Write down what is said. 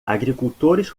agricultores